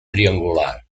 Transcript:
triangular